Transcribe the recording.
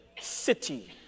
city